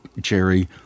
Jerry